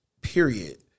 period